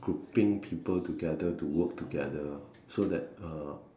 grouping people together to work together so that uh